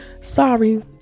sorry